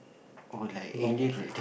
oh like alien like th~